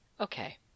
Okay